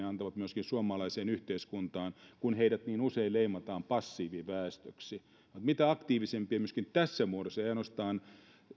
antavat suomalaiseen yhteiskuntaan kun heidät niin usein leimataan passiiviväestöksi he ovat mitä aktiivisimpia myöskin tässä muodossa eivät ainoastaan